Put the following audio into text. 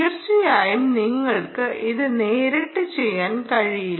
തീർച്ചയായും നിങ്ങൾക്ക് ഇത് നേരിട്ട് ചെയ്യാൻ കഴിയില്ല